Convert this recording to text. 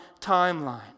timeline